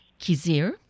Kizir